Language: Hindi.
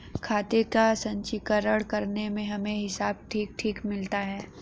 खाते का संचीकरण करने से हमें हिसाब ठीक ठीक मिलता है